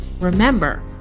Remember